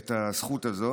את הזכות הזאת,